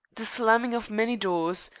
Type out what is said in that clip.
the slamming of many doors,